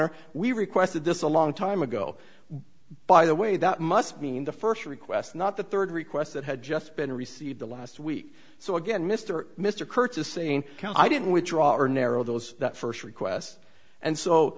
or we requested this a long time ago by the way that must mean the first request not the third request that had just been received the last week so again mr mr kurtz is saying i didn't withdraw or narrow those that first request and so